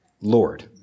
Lord